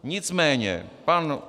Nicméně pan...